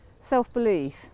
self-belief